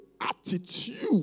attitude